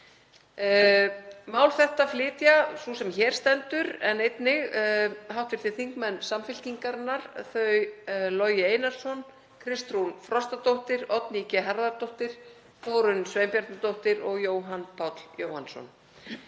Mál þetta flytur sú sem hér stendur en einnig hv. þingmenn Samfylkingarinnar, þau Logi Einarsson, Kristrún Frostadóttir, Oddný G. Harðardóttir, Þórunn Sveinbjarnardóttir og Jóhann Páll Jóhannsson.